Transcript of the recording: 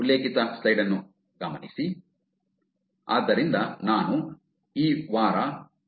ಆದ್ದರಿಂದ ನಾನು ಈ ವಾರ 8